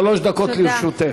שלוש דקות לרשותך.